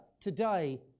today